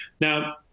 Now